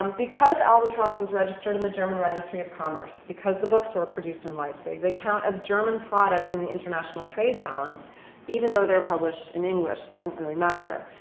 um because albatross was registered in the german registry of commerce, because the books were produced in leipzig, they count as german products in the international trade balance even though they were published in english, it doesn't really matter.